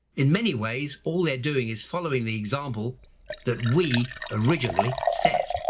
in many ways, all they're doing is following the example that we originally said.